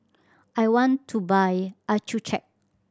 I want to buy Accucheck